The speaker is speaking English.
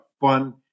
fun